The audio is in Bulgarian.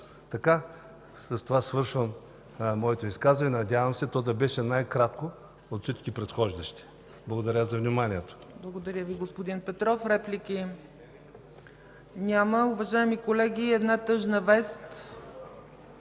страх. С това завършвам моето изказване. Надявам се то да беше най-кратко от всички предхождащи. Благодаря за вниманието. ПРЕДСЕДАТЕЛ ЦЕЦКА ЦАЧЕВА: Благодаря Ви, господин Петров. Реплики? Няма. Уважаеми колеги, една тъжна вест: